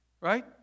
Right